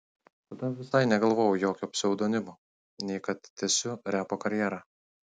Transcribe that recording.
tada visai negalvojau jokio pseudonimo nei kad tęsiu repo karjerą